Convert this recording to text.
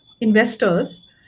investors